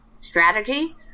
strategy